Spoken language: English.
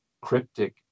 cryptic